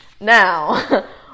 Now